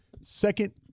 second